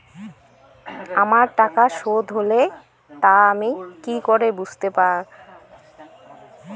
আমার টাকা শোধ হলে তা আমি কি করে বুঝতে পা?